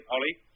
Ollie